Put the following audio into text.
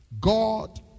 God